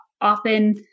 often